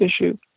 issue